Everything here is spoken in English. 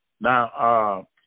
Now